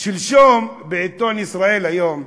שלשום, בעיתון "ישראל היום",